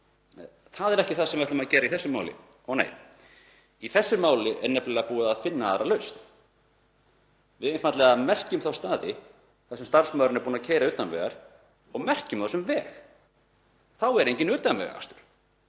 Það er ekki það sem við ætlum að gera í þessu máli — ó, nei. Í þessu máli er nefnilega búið að finna aðra lausn. Við einfaldlega merkjum þá staði þar sem starfsmaðurinn er búinn að keyra utan vegar sem veg. Þá er enginn utanvegaakstur.